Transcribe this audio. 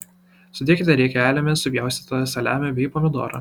sudėkite riekelėmis supjaustytą saliamį bei pomidorą